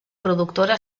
productora